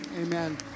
Amen